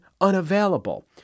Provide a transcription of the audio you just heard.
unavailable